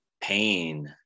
pain